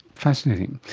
fascinating.